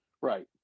Right